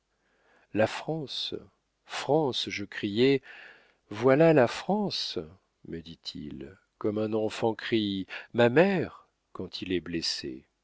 la france france je criai voilà la france me dit-il comme un enfant crie ma mère quand il est blessé